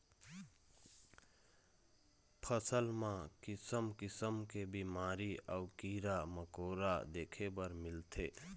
फसल म किसम किसम के बिमारी अउ कीरा मकोरा देखे बर मिलथे